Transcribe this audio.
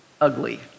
ugly